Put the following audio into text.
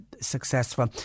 successful